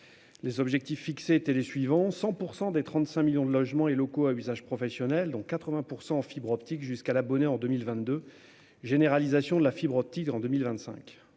Les objectifs fixés étaient les suivants : le raccordement de 100 % des 35 millions de logements et locaux à usage professionnel, dont 80 % en fibre optique jusqu'à l'abonné en 2022, et la généralisation de la fibre optique en 2025.